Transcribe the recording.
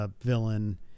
villain